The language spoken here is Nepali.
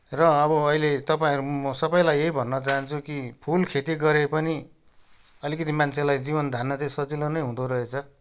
र अब अहिले तपाईँहरू म सबैलाई यही भन्न चाहन्छु कि फुल खेती गरे पनि अलिकति मान्छेलाई जीवन धान्न चाहिँ सजिलो नै हुँदो रहेछ